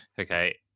okay